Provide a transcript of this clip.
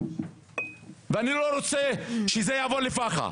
ואני לא רוצה שזה יעבור לפח״ע,